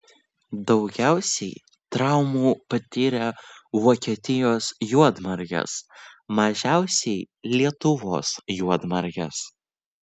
daugiausiai traumų patyrė vokietijos juodmargės mažiausiai lietuvos juodmargės